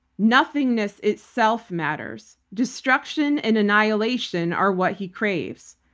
nothingness itself matters. destruction and annihilation are what he craves.